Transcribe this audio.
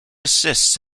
assists